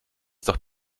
doch